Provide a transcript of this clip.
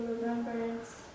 remembrance